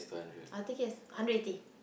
I'll take it as hundred eighty